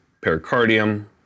pericardium